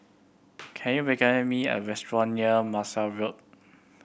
can you recommend me a restaurant near Marshall Road